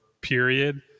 period